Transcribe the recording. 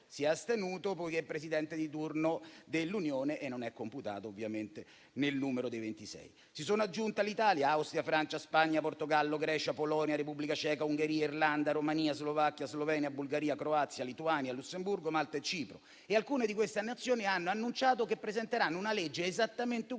si è astenuto perché presidente di turno dell'Unione e non è computato ovviamente nel numero dei 26. Si sono aggiunte all'Italia, Austria, Francia, Spagna, Portogallo, Grecia, Polonia, Repubblica Ceca, Ungheria, Irlanda, Romania, Slovacchia, Slovenia, Bulgaria, Croazia, Lituania, Lussemburgo, Malta e Cipro. Alcune di queste Nazioni hanno annunciato che presenteranno una legge esattamente uguale